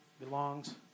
belongs